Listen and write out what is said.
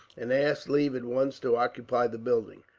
and asked leave at once to occupy the building.